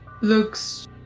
looks